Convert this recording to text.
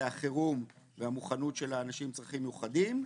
החירום והמוכנות של האנשים עם צרכים מיוחדים.